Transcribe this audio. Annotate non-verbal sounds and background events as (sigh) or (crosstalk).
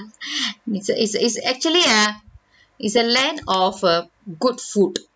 (breath) it's a it’s it's actually uh it's a land of uh good food